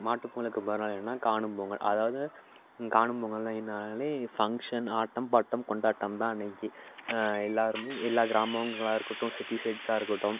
மாட்டுப் பொங்கலுக்கு மறுநாள் என்னென்னா காணும் பொங்கல் அதாவது காணும் பொங்கலுன்னா என்னெனாலே ஃபங்க்ஷன் ஆட்டம் பாட்டம் கொண்டாட்டம் தான் அன்னைக்கு எல்லோருமே எல்லா கிராமங்களாக இருக்கட்டும் சிட்டி சைட்ஸா இருக்கட்டும்